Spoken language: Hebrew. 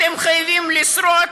אתם חייבים לשרוד,